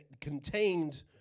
contained